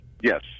Yes